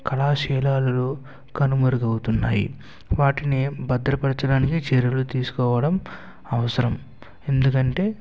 కళాశీలాలు కనుమరుగు అవుతున్నాయి వాటిని భద్రపరచడానికి చర్యలు తీసుకోవడం అవసరం ఎందుకంటే